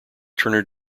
turner